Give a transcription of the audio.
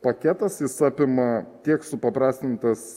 paketas jis apima tiek supaprastintas